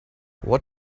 what